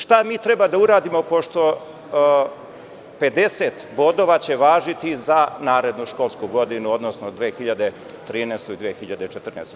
Šta mi treba da uradimo pošto će 50 bodova važiti za narednu školsku godinu, odnosno 2013, 2014. godinu?